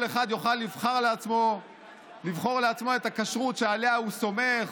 כל אחד יוכל לבחור לעצמו את הכשרות שעליה הוא סומך,